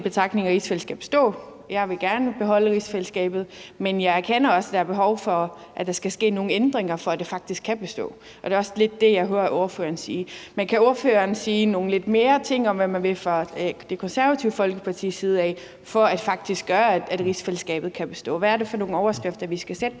betragtning, at rigsfællesskabet skal bestå. Jeg vil gerne beholde rigsfællesskabet, men jeg erkender også, at der er behov for, at der skal ske nogle ændringer, for at det faktisk kan bestå. Det er også lidt det, jeg hører ordføreren sige. Kan ordføreren sige noget mere om, hvad man vil fra Det Konservative Folkepartis side for faktisk at gøre, at rigsfællesskabet kan bestå? Hvad er det for nogle overskrifter, vi skal sætte